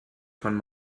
von